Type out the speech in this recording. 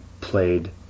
played